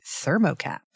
ThermoCap